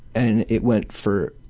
and it went for,